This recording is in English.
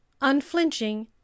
unflinching